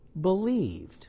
believed